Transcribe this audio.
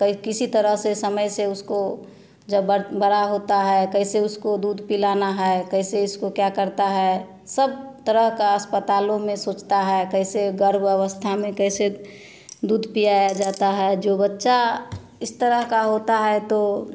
कई किसी तरह से समय से उसको जब बड़ बड़ा होता है कैसे उसको दूध पिलाना है कैसे इसको क्या करता है सब तरह का अस्पतालों में सोचता है कैसे गर्भ अवस्था में कैसे दूध पिलाया जाता है जो बच्चा इस तरह का होता है तो